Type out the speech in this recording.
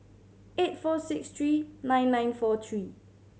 eight four six three nine nine four three